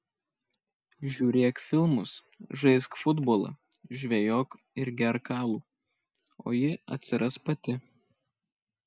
žiūrėk filmus žaisk futbolą žvejok ir gerk alų o ji atsiras pati